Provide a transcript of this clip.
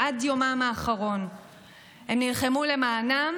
עד יומם האחרון הם נלחמו למענם